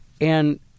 And-